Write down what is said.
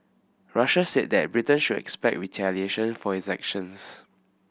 Russia said that Britain should expect retaliation for its actions